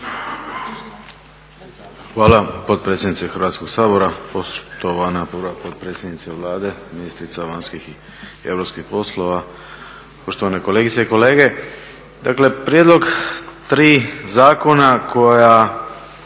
Hvala potpredsjednice Hrvatskog sabora. Poštovana prva potpredsjednice Vlade i ministrice vanjskih i europskih poslova, poštovane kolegice i kolege. Dakle prijedlog tri zakona koja